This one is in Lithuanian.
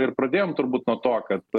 ir pradėjom turbūt nuo to kad